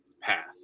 path